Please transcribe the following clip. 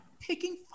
Picking